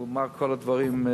הוא אמר: כל הדברים,